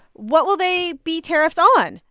what will they be tariffs on?